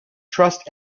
trust